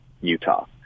Utah